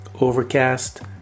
Overcast